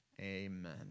Amen